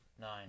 nine